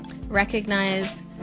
Recognize